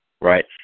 right